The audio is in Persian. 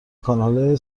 کانالهای